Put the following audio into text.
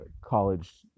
college